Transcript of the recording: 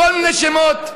כל מיני שמות,